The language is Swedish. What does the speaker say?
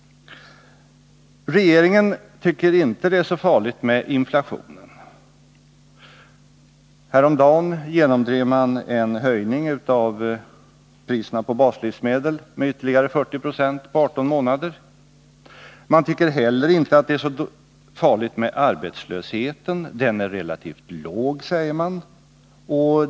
Regeringen tycker inte att det är så farligt med inflationen. Häromdagen genomdrev man en höjning av priserna på baslivsmedel med ytterligare 40 90 på 18 månader. Man tycker inte heller att det är så farligt med arbetslösheten. Den är relativt låg, säger man.